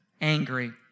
angry